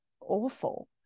awful